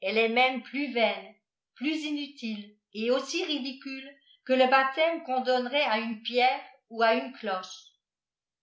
elle est même plus vaine plus inutile et aussi ridicule que le baptême qu'ojà donnerait à une pierre ou à une cloche